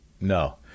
No